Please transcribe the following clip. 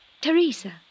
Teresa